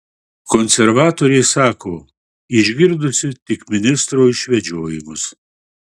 konservatorė sako išgirdusi tik ministro išvedžiojimus